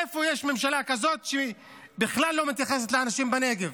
איפה יש ממשלה כזאת שבכלל לא מתייחסת לאנשים בנגב?